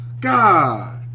God